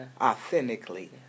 authentically